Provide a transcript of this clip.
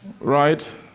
Right